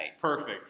Perfect